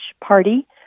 party